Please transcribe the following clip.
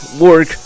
work